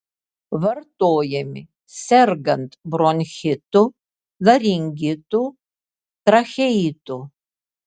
vartojami sergant bronchitu laringitu tracheitu